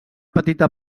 petita